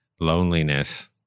loneliness